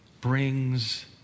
brings